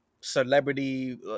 celebrity